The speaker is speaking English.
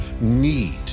need